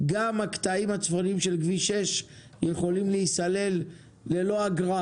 גם הקטעים הצפוניים של כביש 6 יכולים להיסלל ללא אגרה.